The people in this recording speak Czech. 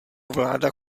vláda